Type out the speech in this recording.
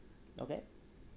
okay